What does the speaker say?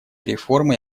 реформа